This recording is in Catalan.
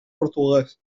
portuguès